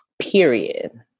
Period